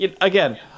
Again